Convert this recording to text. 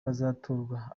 bazatorwamo